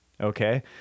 Okay